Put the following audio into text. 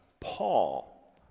Paul